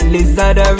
Lizard